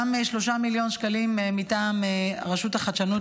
גם 3 מיליון שקלים מטעם רשות החדשנות,